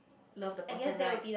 love the person right